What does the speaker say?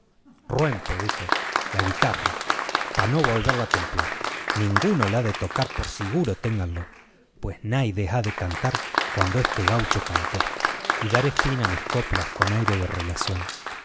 ruempo dijo la guitarra pa no volverme a tentar ninguno la ha de tocar por siguro tengaló pues naides ha de cantar cuando este gaucho cantó y daré fin a mis coplas con aire de relación